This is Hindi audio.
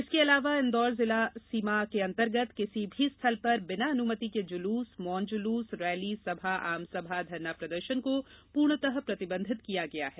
इसके अलावा इंदौर जिला सीमान्तर्गत किसी भी स्थल पर बिना अनुमति के जुलूस मौन जुलूस रैली सभा आमसभा धरना प्रदर्शन को पूर्णतः प्रतिबंधित किया गया है